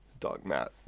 dogmat